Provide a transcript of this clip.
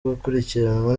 gukurikiranwa